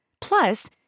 Plus